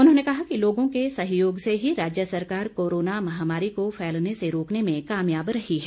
उन्होंने कहा कि लोगों के सहयोग से ही राज्य सरकार कोरोना महामारी को फैलने से रोकने में कामयाब रही है